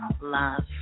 love